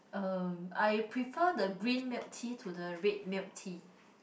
uh I prefer the green milk tea to the red milk tea